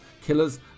Killers